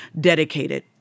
dedicated